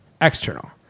external